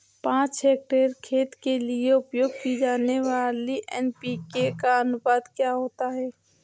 पाँच हेक्टेयर खेत के लिए उपयोग की जाने वाली एन.पी.के का अनुपात क्या होता है?